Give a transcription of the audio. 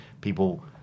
people